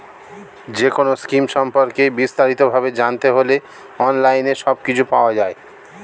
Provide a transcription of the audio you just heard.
যেকোনো স্কিম সম্পর্কে বিস্তারিত ভাবে জানতে হলে অনলাইনে সবকিছু পাওয়া যায়